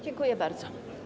Dziękuję bardzo.